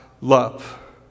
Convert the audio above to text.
love